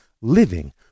living